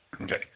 Okay